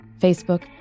Facebook